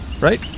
Right